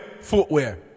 footwear